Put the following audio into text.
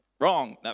wrong